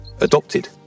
adopted